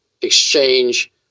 exchange